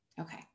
Okay